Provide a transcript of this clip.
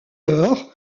lors